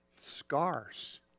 Scars